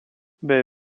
bei